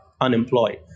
unemployed